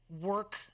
work